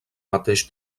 mateix